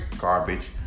garbage